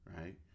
Right